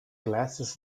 glasses